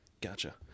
Gotcha